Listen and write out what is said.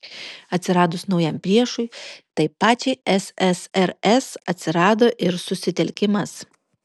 atsiradus naujam priešui tai pačiai ssrs atsirado ir susitelkimas